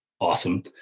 awesome